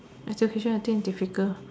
education I think is difficult